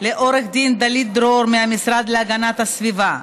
לעו"ד דלית דרור מהמשרד להגנת הסביבה,